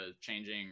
changing